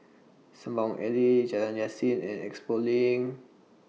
Sembawang Alley Jalan Yasin and Expo LINK